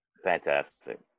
fantastic